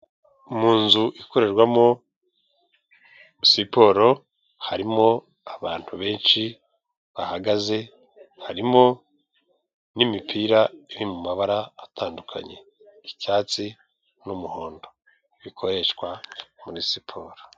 Mu nzu ikorerwamo siporo harimo abantu benshi bahagaze harimo n'imipira iri mu mabara atandukanye. Icyatsi n'umuhondo bikoreshwa muri siporo.